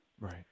Right